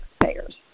taxpayers